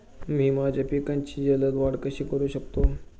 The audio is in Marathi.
मी माझ्या पिकांची जलद वाढ कशी करू शकतो?